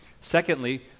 Secondly